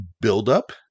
buildup